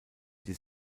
die